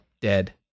dead